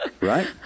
Right